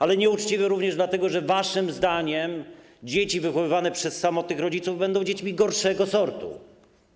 Ale to nieuczciwe również dlatego, że waszym zdaniem dzieci wychowywane przez samotnych rodziców są dziećmi gorszego sortu.